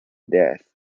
death